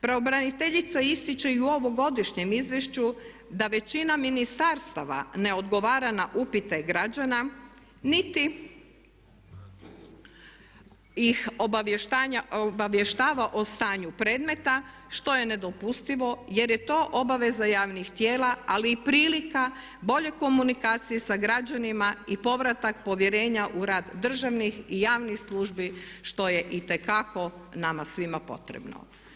Pravobraniteljica ističe i u ovogodišnjem izvješću da većina ministarstava ne odgovara na upite građana niti ih obavještava o stanju predmeta što je nedopustivo jer je to obaveza javnih tijela ali i prilika bolje komunikacije sa građanima i povratak povjerenja u rad državnih i javnih službi što je itekako nama svima potrebno.